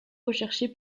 recherché